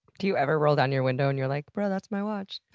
do you ever roll down your window and you're like, bro, that's my watch?